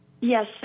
Yes